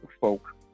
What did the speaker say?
folk